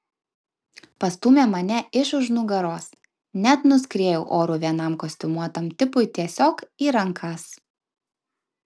pastūmė mane iš už nugaros net nuskriejau oru vienam kostiumuotam tipui tiesiog į rankas